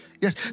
Yes